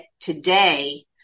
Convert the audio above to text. today